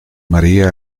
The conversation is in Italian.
maria